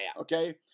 Okay